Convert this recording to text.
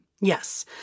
Yes